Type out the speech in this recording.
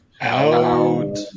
Out